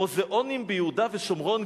מוזיאונים ביהודה ושומרון,